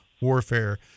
warfare